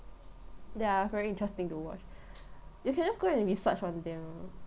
ya very interesting to watch you can just go and research on them